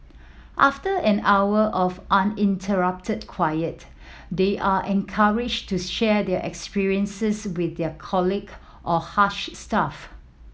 after an hour of uninterrupted quiet they are encouraged to share their experiences with their colleague or Hush staff